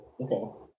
okay